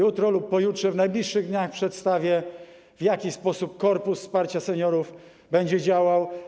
Jutro lub pojutrze, w najbliższych dniach przedstawię, w jaki sposób Korpus Wsparcia Seniorów będzie działał.